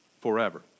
forever